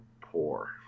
poor